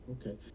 Okay